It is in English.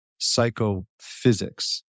psychophysics